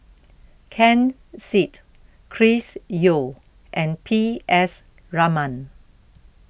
Ken Seet Chris Yeo and P S Raman